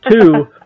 Two